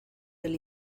del